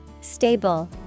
Stable